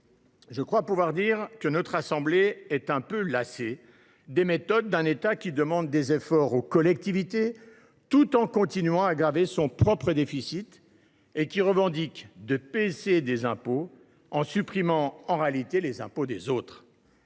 Je crois pouvoir le dire, notre assemblée est un peu lassée des méthodes d’un État qui demande des efforts aux collectivités, tout en continuant à aggraver son propre déficit, et qui revendique de baisser les impôts, en supprimant en réalité les impôts des autres